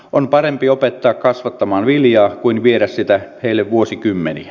on parempi opettaa kasvattamaan viljaa kuin viedä sitä heille vuosikymmeniä